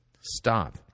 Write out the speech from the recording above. Stop